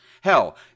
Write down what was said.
Hell